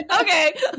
okay